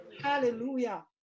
Hallelujah